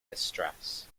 distress